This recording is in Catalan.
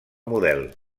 model